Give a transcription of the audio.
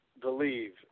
Believe